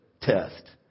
test